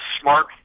smart